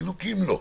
פינוקים לא,